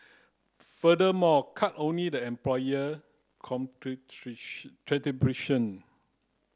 furthermore cut only the employer